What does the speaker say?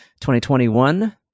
2021